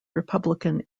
republican